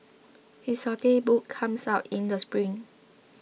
his saute book comes out in the spring